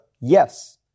Yes